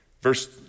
Verse